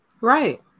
Right